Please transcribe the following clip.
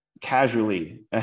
casually